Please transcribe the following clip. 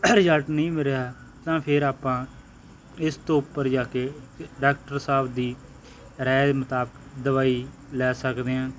result ਨਹੀਂ ਮਿਲ ਰਿਹਾ ਹੈ ਤਾਂ ਫਿਰ ਆਪਾਂ ਇਸ ਤੋਂ ਉੱਪਰ ਜਾ ਕੇ ਅਤੇ ਡਾਕਟਰ ਸਾਹਿਬ ਦੀ ਰਾਏ ਦੇ ਮੁਤਾਬਿਕ ਦਵਾਈ ਲੈ ਸਕਦੇ ਹਾਂ